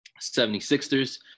76ers